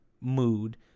mood